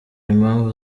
impamvu